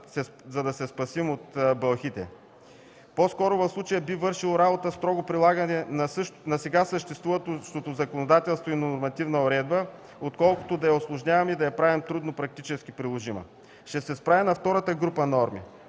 за да се спасим от бълхите. По-скоро в случая би вършило работа строгото прилагане на сега съществуващото законодателство и нормативна уредба, отколкото да я усложняваме и да я правим практически трудно приложима. Ще се спра и на втората група норми.